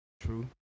True